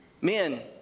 Men